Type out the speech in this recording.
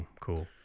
cool